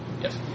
Yes